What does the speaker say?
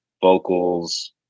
vocals